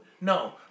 No